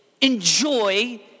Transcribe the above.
enjoy